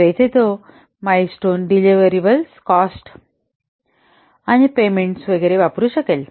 तर येथे तो मिलस्टोन्स डिलिव्हरेल्स कॉस्ट आणि पेमेंट्स वगैरे वापरू शकेल